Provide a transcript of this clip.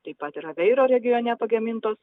taip pat ir aveiro regione pagamintos